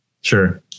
Sure